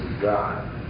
God